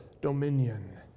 dominion